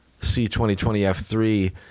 C2020F3